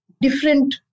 different